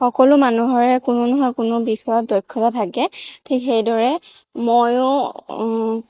সকলো মানুহৰে কোনো নহয় কোনো বিষয়ত দক্ষতা থাকে ঠিক সেইদৰে মইয়ো